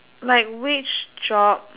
like which job